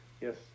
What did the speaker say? Yes